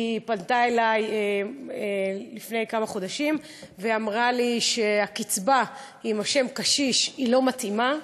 היא פנתה אלי לפני כמה חודשים ואמרה לי שהקצבה עם השם "קשיש" לא מתאימה,